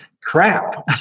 Crap